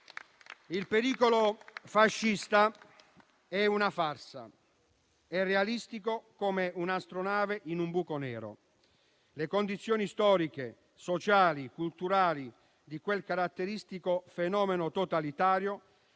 Il pericolo fascista è una farsa ed è realistico come un'astronave in un buco nero. Le condizioni storiche, sociali e culturali di quel caratteristico fenomeno totalitario